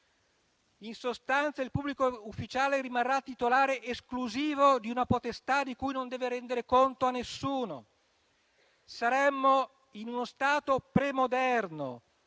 In sostanza, il pubblico ufficiale rimarrà titolare esclusivo di una potestà di cui non deve rendere conto a nessuno. Saremmo in uno Stato premoderno,